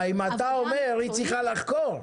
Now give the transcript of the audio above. אם אתה אומר, היא צריכה לחקור.